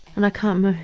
and i can't